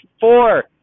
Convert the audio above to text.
four